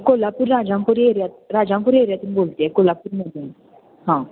कोल्हापूर राजामपुरी एरीयात राजामपुरी एरियातून बोलते आहे कोल्हापूरमधून हां